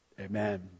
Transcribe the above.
amen